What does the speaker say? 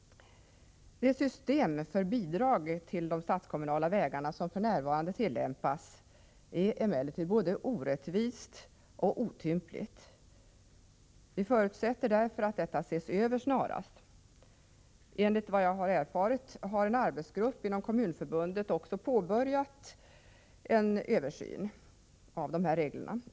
Det system för bidrag till de statskommunala vägarna som f. n. tillämpas är emellertid både orättvist och otympligt. Vi förutsätter därför att detta system ses över snarast. Enligt vad jag erfarit har en arbetsgrupp inom Kommunförbundet också påbörjat en översyn av reglerna.